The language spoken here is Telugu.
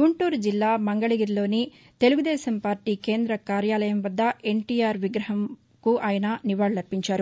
గుంటూరు జిల్లా మంగళగిరిలోని టీడీపీ కేంద్ర కార్యాలయం వద్ద ఎన్టీఆర్ విగ్రహం వద్ద ఆయన నివాళులర్పించారు